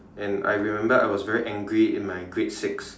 and I remember I was very angry in my grade six